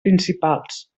principals